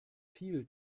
viel